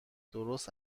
درست